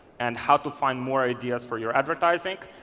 and how to find more ideas for your advertising.